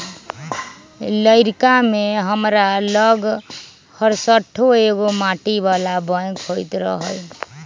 लइरका में हमरा लग हरशठ्ठो एगो माटी बला बैंक होइत रहइ